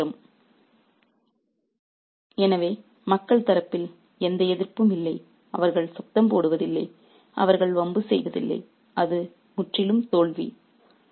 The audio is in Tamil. ரெபஃர் ஸ்லைடு டைம் 4411 எனவே மக்கள் தரப்பில் எந்த எதிர்ப்பும் இல்லை அவர்கள் சத்தம் போடுவதில்லை அவர்கள் வம்பு செய்வதில்லை அது முற்றிலும் தோல்வி